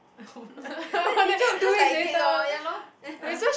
then the teacher was just like take orh ya lor